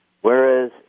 whereas